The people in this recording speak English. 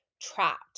trapped